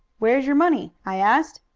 where is your money i asked.